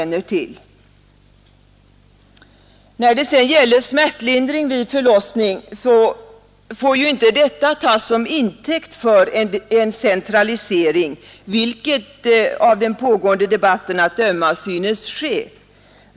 När det sedan gäller smärtlindring vid förlossning, så får inte detta tas till intäkt för en centralisering, vilket av den pågående debatten att döma synes ske.